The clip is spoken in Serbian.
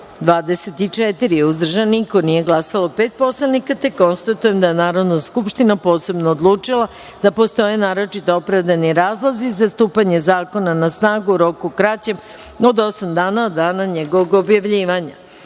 24, uzdržanih – nema, nije glasalo pet narodnih poslanika. Konstatujem da je Narodna skupština posebno odlučila da postoje naročito opravdani razlozi za stupanja Zakona na snagu u roku kraćem od osam dana od dana njegovog objavljivanja. Pošto